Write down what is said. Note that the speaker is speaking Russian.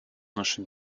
наша